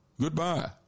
Goodbye